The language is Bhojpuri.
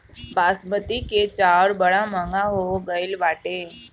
बासमती के चाऊर बड़ा महंग हो गईल बाटे